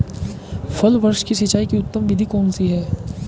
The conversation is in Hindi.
फल वृक्ष की सिंचाई की उत्तम विधि कौन सी है?